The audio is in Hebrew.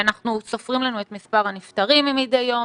אנחנו סופרים לנו את מספר הנפטרים מדי יום,